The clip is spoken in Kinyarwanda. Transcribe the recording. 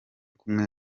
kumwe